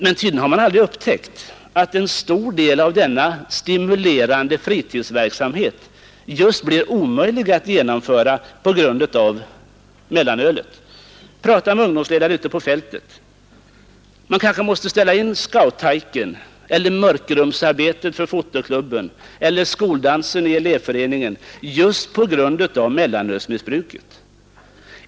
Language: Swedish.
Men tydligen har man aldrig upptäckt att en stor del av denna stimulerande fritidsverksamhet blir omöjlig att genomföra just på grund av mellanölet. Prata med ungdomsledare ute på fältet! Man kanske måste ställa in scouthajken, mörkrumsarbetet för fotoklubben eller skoldansen i elevföreningen just på grund av mellanölsmissbruket.